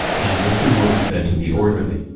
and this is what he said to the orderly,